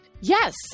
Yes